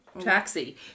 taxi